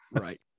Right